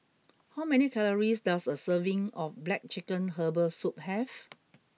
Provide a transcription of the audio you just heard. how many calories does a serving of Black Chicken Herbal Soup have